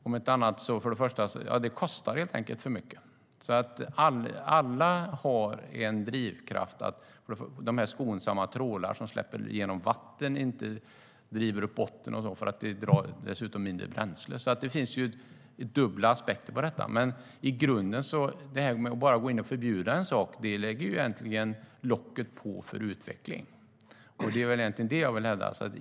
Om inte annat kostar det helt enkelt för mycket. Alla har alltså en drivkraft att ha de skonsamma trålarna som släpper igenom vatten, inte river upp bottnen och så vidare. De drar dessutom mindre bränsle. Det finns dubbla aspekter på detta. Att bara gå in och förbjuda en sak lägger egentligen locket på för utveckling. Det är egentligen det jag vill hävda.